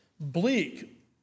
bleak